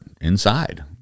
inside